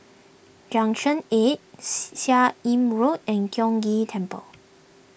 Junction eight Seah Im Road and Tiong Ghee Temple